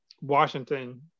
Washington